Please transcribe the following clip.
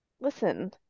Listen